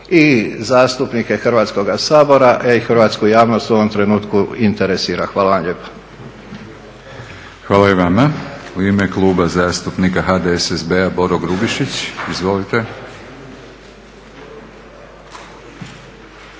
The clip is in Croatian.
i zastupnike Hrvatskog sabora, a i hrvatsku javnost u ovom trenutku interesira? Hvala vam lijepa. **Batinić, Milorad (HNS)** Hvala i vama. U ime Kluba zastupnika HDSSB-a Boro Grubišić. Izvolite.